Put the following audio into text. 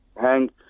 hang